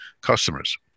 customers